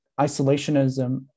Isolationism